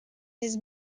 his